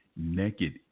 Naked